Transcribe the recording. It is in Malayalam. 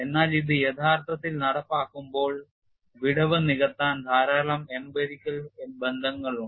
എന്നാൽ ഇത് യഥാർത്ഥത്തിൽ നടപ്പാക്കുമ്പോൾ വിടവ് നികത്താൻ ധാരാളം emperical ബന്ധങ്ങളുണ്ട്